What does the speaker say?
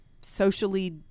socially